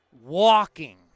Walking